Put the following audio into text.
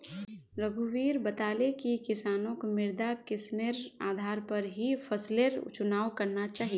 रघुवीर बताले कि किसानक मृदा किस्मेर आधार पर ही फसलेर चुनाव करना चाहिए